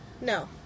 No